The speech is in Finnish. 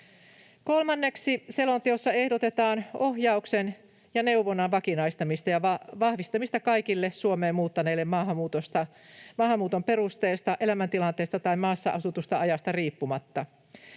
Kolmanneksi, selonteossa ehdotetaan ohjauksen ja neuvonnan vakinaistamista ja vahvistamista kaikille Suomeen muuttaneille maahanmuuton perusteista, elämäntilanteesta tai maassa asutusta ajasta riippumatta.